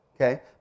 okay